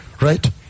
Right